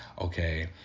okay